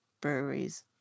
breweries